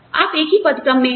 आप एक ही पद क्रम में हैं